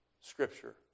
scripture